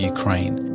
Ukraine